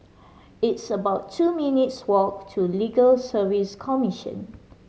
it's about two minutes' walk to Legal Service Commission